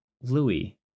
Louis